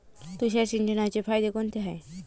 तुषार सिंचनाचे फायदे कोनचे हाये?